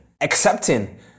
accepting